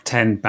Ten